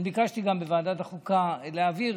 ביקשתי גם בוועדת החוקה להעביר,